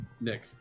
Nick